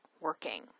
working